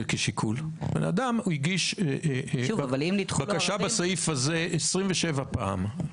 אדם הגיש בקשה בסעיף הזה 27 פעמים.